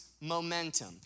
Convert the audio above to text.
momentum